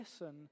listen